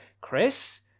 Chris